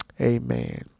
Amen